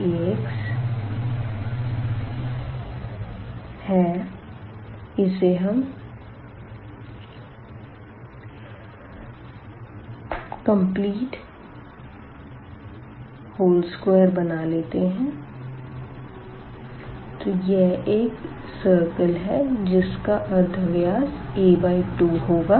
x2y2ax है इसे यहाँ हम व्होल स्क्वायर बना लेते है तो यह एक सर्किल है जिसका अर्धव्यास a2 होगा